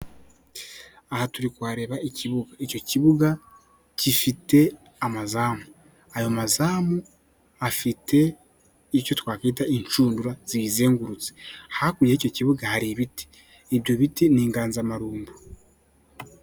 Aha turi kureba ikibuga, icyo kibuga gifite amazamu, ayo mazamu afite icyo twakwita inshundura ziyizengurutse, hakurya y'icyo kibuga hari ibiti, ibyo biti ni inganzamarumbo.